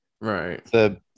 Right